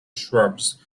shrubs